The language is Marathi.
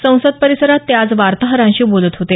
संसद परिसरात ते वार्ताहरांशी बोलत होते